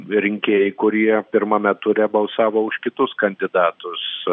rinkėjai kurie pirmame ture balsavo už kitus kandidatus